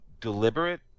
deliberate